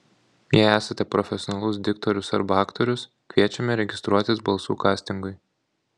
jei esate profesionalus diktorius arba aktorius kviečiame registruotis balsų kastingui